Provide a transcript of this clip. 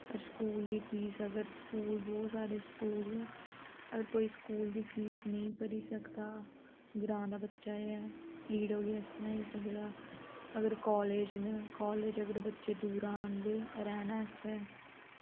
school दी fees अगर school बोह्त सारे स्कूल न अगर कोई स्कूल दी फीस नेईं भरी सकदा ग्रांऽ दा बच्चा ऐ ई डब्लयु एस बनाई सकदा अगर कालेज न कालेज अगर बच्चे दूरा आंदे रैहनै आस्तै